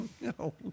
No